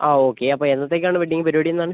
ആ ഓക്കെ അപ്പം എന്നത്തേക്കാണ് വെഡിങ് പരിപാടി എന്നാണ്